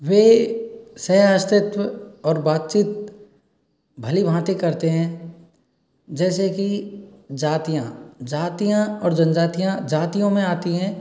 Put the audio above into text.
वे सह अस्तित्व और बातचीत भली भाँति करते हैं जैसे की जातियाँ जातियाँ और जनजातियाँ जातियों में आती हैं